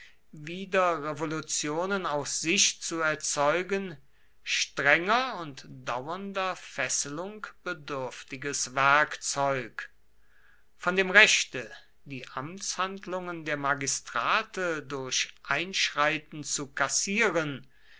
wieder revolutionen aus sich zu erzeugen strenger und dauernder fesselung bedürftiges werkzeug von dem rechte die amtshandlungen der magistrate durch einschreiten zu kassieren